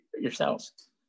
yourselves